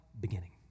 beginning